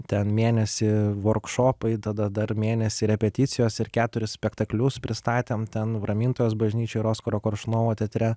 ten mėnesį vorkšopai tada dar mėnesį repeticijos ir keturis spektaklius pristatėm ten ramintojos bažnyčioj ir oskaro koršunovo teatre